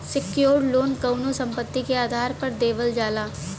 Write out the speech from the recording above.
secured loan कउनो संपत्ति के आधार पर देवल जाला